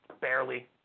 barely